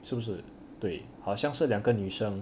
是不是对好像是两个女生